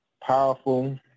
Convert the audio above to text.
powerful